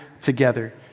together